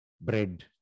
bread